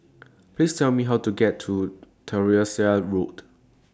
Please Tell Me How to get to Tyersall Road